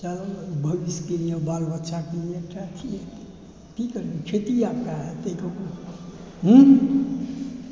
चलऽ भविष्यके लिए बा ल बच्चाके लिए एकटा हेतै की करी खेती आब कहाँ हेतै ककरो हूँ